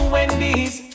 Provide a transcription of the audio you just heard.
Wendy's